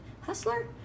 hustler